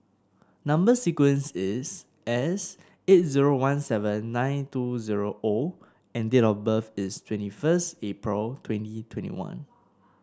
number sequence is S eight zero one seven nine two zero O and date of birth is twenty first April twenty twenty one